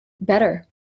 better